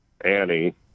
Annie